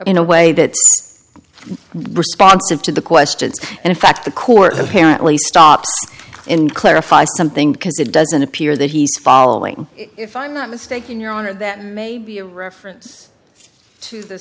in a way that responsive to the question and in fact the court apparently stopped in clarify something because it doesn't appear that he's following if i'm not mistaken your honor that may be a reference to the